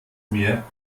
mehr